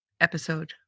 episode